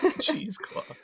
Cheesecloth